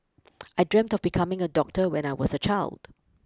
I dreamt of becoming a doctor when I was a child